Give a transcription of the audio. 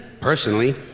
Personally